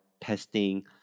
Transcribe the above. testing